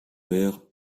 père